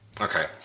Okay